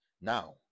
now